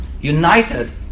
united